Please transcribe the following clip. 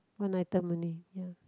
one item only ya